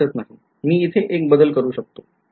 मी इथे एक बदल करू शकतो